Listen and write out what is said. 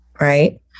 right